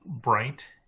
bright